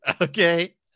Okay